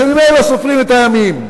שממילא לא סופרים את הימים.